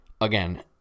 again